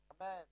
Amen